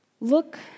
Look